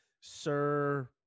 sir